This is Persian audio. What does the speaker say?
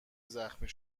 زخمی